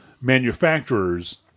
manufacturers